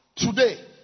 Today